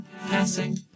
passing